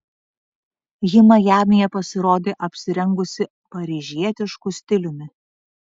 ji majamyje pasirodė apsirengusi paryžietišku stiliumi